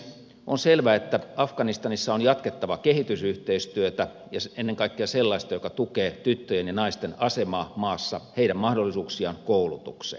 on selvää että afganistanissa on jatkettava kehitysyhteistyötä ennen kaikkea sellaista joka tukee tyttöjen ja naisten asemaa maassa ja heidän mahdollisuuksiaan koulutukseen